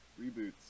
reboots